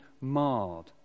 marred